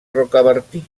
rocabertí